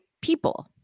people